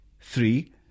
three